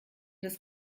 des